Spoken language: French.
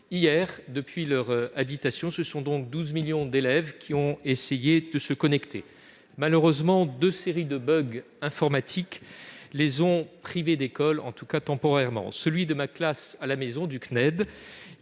Hier, depuis leur habitation, ce sont donc 12 millions d'élèves qui ont tenté de se connecter. Malheureusement, deux séries de bugs informatiques les ont privés d'école, du moins temporairement : le bug de « Ma classe à la maison »,